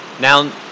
Now